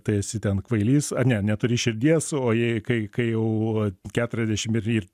tai esi ten kvailys ane neturi širdies o jei kai kai jau keturiasdešim ir ir